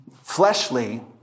fleshly